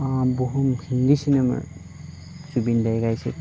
বহু হিন্দী চিনেমাৰ জুবিন দাই গাইছিল